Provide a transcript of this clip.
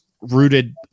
rooted